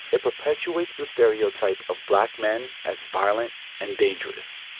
it perpetuates the stereotype of black men as violent and dangerous.